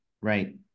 Right